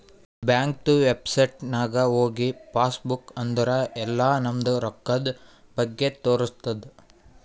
ಬ್ಯಾಂಕ್ದು ವೆಬ್ಸೈಟ್ ನಾಗ್ ಹೋಗಿ ಪಾಸ್ ಬುಕ್ ಅಂದುರ್ ಎಲ್ಲಾ ನಮ್ದು ರೊಕ್ಕಾದ್ ಬಗ್ಗೆ ತೋರಸ್ತುದ್